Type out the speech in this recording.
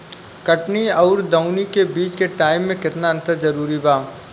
कटनी आउर दऊनी के बीच के टाइम मे केतना अंतर जरूरी बा?